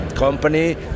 Company